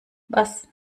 was